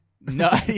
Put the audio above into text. No